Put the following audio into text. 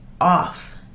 off